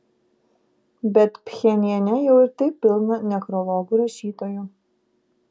bet pchenjane jau ir taip pilna nekrologų rašytojų